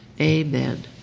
Amen